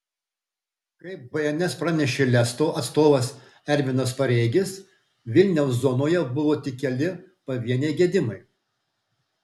kaip bns pranešė lesto atstovas ervinas pareigis vilniaus zonoje buvo tik keli pavieniai gedimai